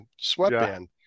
sweatband